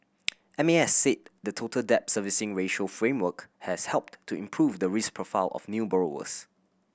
M A S said the Total Debt Servicing Ratio framework has helped to improve the risk profile of new borrowers